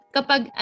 Kapag